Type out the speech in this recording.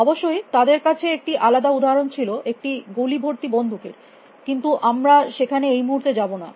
অবশ্যই তাদের কাছে একটি আলাদা উদাহরণ ছিল একটি গুলি ভর্তি বন্দুকের কিন্তু আমরা সেখানে এই মুহুর্তে যাব না